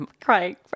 crying